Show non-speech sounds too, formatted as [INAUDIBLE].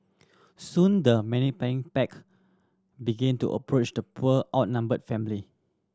soon the [UNINTELLIGIBLE] pack begin to approach the poor outnumbered family